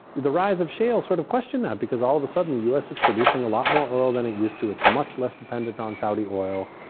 the rise of shale sort of question that because all of a sudden the u s. is producing a lot more oil than it used to. it's much less dependent on saudi oil.